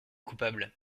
coupable